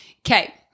Okay